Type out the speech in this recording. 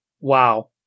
Wow